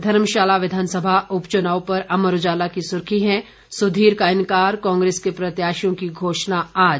धर्मशाला विधानसभा उपचुनाव पर अमर उजाला की सुर्खी है सुधीर का इंकार कांग्रेस के प्रत्याशियों की घोषणा आज